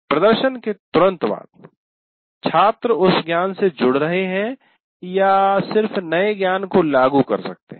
प्रदर्शन के तुरंत बाद छात्र उस ज्ञान से जुड़ रहे हैं या यह सिर्फ नए ज्ञान को लागू कर सकता है